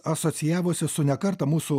asocijavosi su ne kartą mūsų